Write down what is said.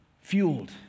fueled